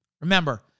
Remember